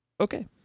Okay